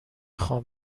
خوام